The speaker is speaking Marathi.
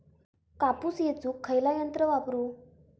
कापूस येचुक खयला यंत्र वापरू?